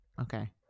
Okay